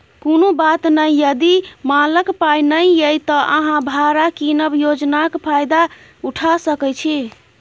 कुनु बात नहि यदि मालक पाइ नहि यै त अहाँ भाड़ा कीनब योजनाक फायदा उठा सकै छी